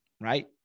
right